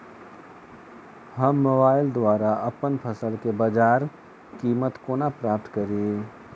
हम मोबाइल द्वारा अप्पन फसल केँ बजार कीमत कोना प्राप्त कड़ी?